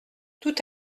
tout